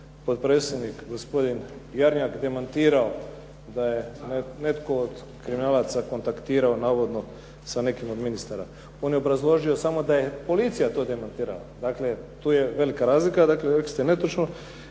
potpredsjednik gospodin Jarnjak demantirao da je netko od kriminalaca kontaktirao navodno sa nekim od ministara. On je obrazložio samo da je policija to demantirala. Dakle tu je velika razlika, dakle rekli ste netočno.